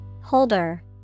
Holder